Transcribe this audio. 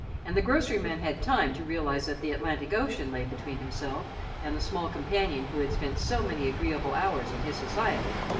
and the grocery-man had time to realise that the atlantic ocean lay between himself and the small companion who had spent so many agreeable hours in his society,